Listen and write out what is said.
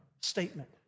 statement